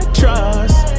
trust